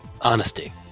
Honesty